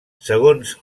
segons